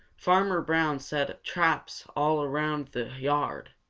farmer brown set traps all around the yard,